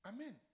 Amen